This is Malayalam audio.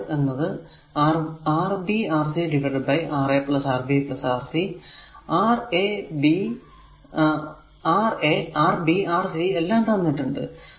അപ്പോൾ a എന്നത് Rb Rc Ra Rb Rc Ra Rb Rc എല്ലാം തന്നിട്ടുണ്ട്